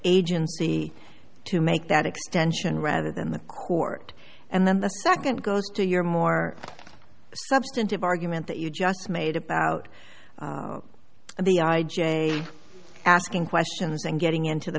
agency to make that extension rather than the court and then the nd goes to your more substantive argument that you just made about the i j a asking questions and getting into the